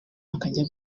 akajya